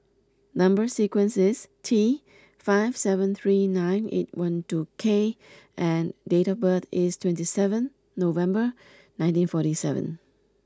number sequence is T five seven three nine eight one two K and date of birth is twenty seven November nineteen forty seven